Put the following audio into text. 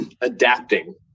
adapting